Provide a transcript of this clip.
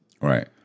Right